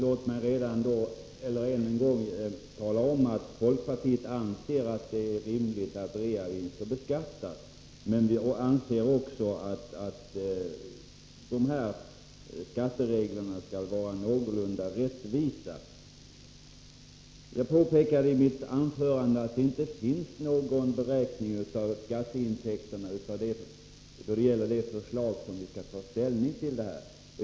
Herr talman! Låt mig än en gång tala om att folkpartiet anser att det är rimligt att reavinster beskattas. Men vi anser också att reglerna för denna beskattning skall vara någorlunda rättvisa. Jag påpekade i mitt anförande att det inte finns någon beräkning av skatteintäkterna då det gäller det förslag som vi skall ta ställning till.